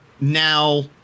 now